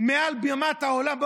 מעל בימת העולם,